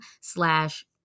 slash